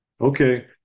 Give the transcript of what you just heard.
okay